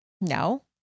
No